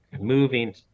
moving